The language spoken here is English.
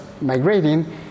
migrating